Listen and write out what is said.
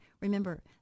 Remember